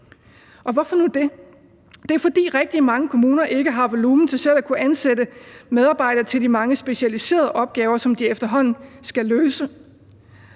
Hvorfor nu det? Det er, fordi rigtig mange kommuner ikke har volumen til selv at kunne ansætte medarbejdere til de mange specialiserede opgaver, som de efterhånden skal løse.